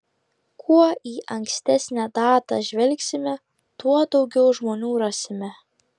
kuo į ankstesnę datą žvelgsime tuo daugiau žmonių rasime